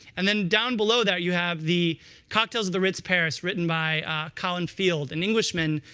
and then down below there you have the cocktails of the ritz paris, written by colin field, an englishman,